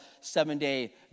seven-day